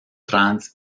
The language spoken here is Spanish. trans